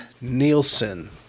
Nielsen